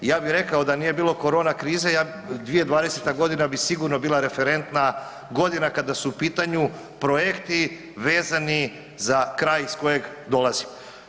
Ja bi rekao da nije bilo korona krize, 2020. g. bi sigurno bila referentna godina kada su u pitanju projekti vezani za kraj iz kojeg dolazim.